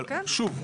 אבל שוב,